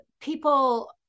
people